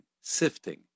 sifting